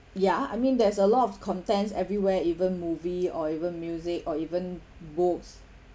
yeah I mean there's a lot of contents everywhere even movie or even music or even books